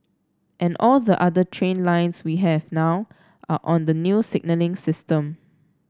and all the other train lines we have now are on the new signalling system